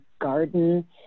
garden